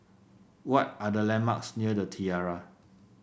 what are the landmarks near The Tiara